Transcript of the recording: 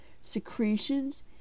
secretions